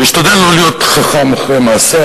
אשתדל לא להיות חכם אחרי מעשה,